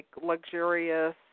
luxurious